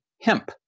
hemp